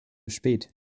spät